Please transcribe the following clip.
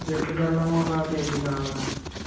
గెట్టి బెల్లం ఒక కేజీ కావాలండి